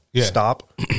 stop